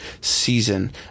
season